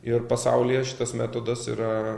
ir pasaulyje šitas metodas yra